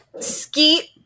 Skeet